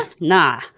Nah